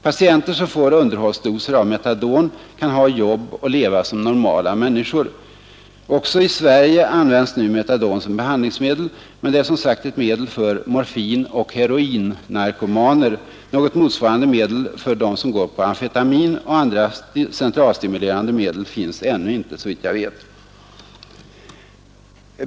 Patienter som får underhållsdoser av metadon kan ha jobb och leva som normala människor. Också i Sverige används nu metadon som behandlingsmedel, men det är som sagt ett medel för morfinoch heroinnarkomaner. Något motsvarande medel för dem som går på amfetamin och andra centralstimulerande medel finns ännu inte såvitt jag vet.